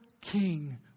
king